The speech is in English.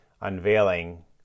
unveiling